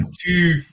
two